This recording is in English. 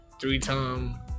three-time